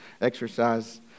exercise